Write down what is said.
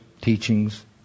teachings